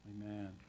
Amen